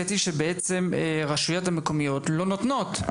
ללשכתי שבעצם הרשויות המקומיות לא נותנות.